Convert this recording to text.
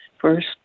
first